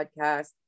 podcast